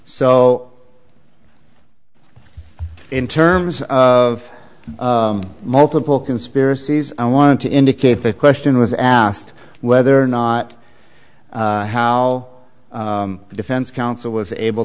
so in terms of multiple conspiracies i wanted to indicate the question was asked whether or not how the defense counsel was able